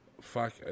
Fuck